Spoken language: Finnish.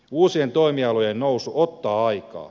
uusien toimialojen nousu ottaa aikaa